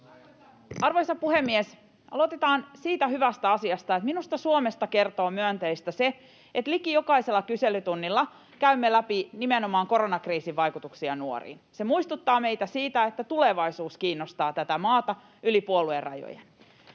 Arvoisa puhemies! Aloitetaan siitä hyvästä asiasta, että minusta Suomesta kertoo myönteistä se, että liki jokaisella kyselytunnilla käymme läpi nimenomaan koronakriisin vaikutuksia nuoriin. Se muistuttaa meitä siitä, että tulevaisuus kiinnostaa tätä maata yli puoluerajojen.